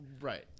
right